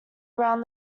around